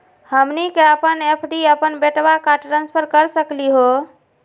हमनी के अपन एफ.डी अपन बेटवा क ट्रांसफर कर सकली हो?